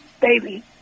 Baby